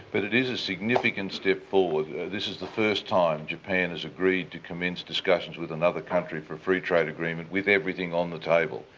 but it is a significant step forward. this is the first time japan has agreed to commence discussions with another country for a free trade agreement with everything on the table,